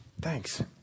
thanks